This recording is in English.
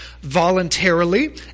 voluntarily